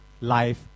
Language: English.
life